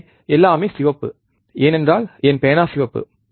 எனவே எல்லாமே சிவப்பு ஏனென்றால் என் பேனா சிவப்பு